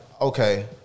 okay